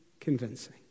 convincing